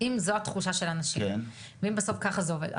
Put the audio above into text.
אם זו התחושה של האנשים ואם בסוף ככה זה עובד,